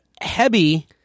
heavy